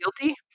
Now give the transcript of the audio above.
guilty